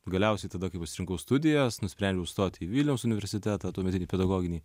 galiausiai tada kai pasirinkau studijas nusprendžiau stoti į vilniaus universitetą tuometinį pedagoginį